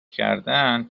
کردن